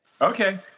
Okay